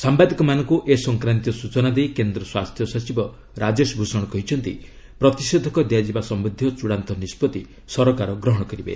ସାମ୍ଭାଦିକମାନଙ୍କୁ ଏ ସଂକ୍ରାନ୍ତୀୟ ସ୍ୱଚନା ଦେଇ କେନ୍ଦ୍ର ସ୍ୱାସ୍ଥ୍ୟ ସଚିବ ରାଜେଶ ଭୂଷଣ କହିଛନ୍ତି ପ୍ରତିଷେଧକ ଦିଆଯିବା ସମ୍ଭନ୍ଧୀୟ ଚୂଡ଼ାନ୍ତ ନିଷ୍ପଭି ସରକାର ଗ୍ରହଣ କରିବେ